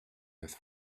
earth